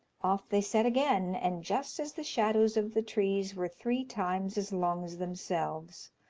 off they set again, and just as the shadows of the trees were three times as long as themselves,